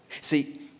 See